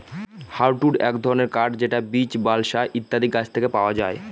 hardwood এক ধরনের কাঠ যেটা বীচ, বালসা ইত্যাদি গাছ থেকে পাওয়া যায়